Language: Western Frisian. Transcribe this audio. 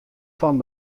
fan